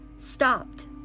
stopped